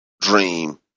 dream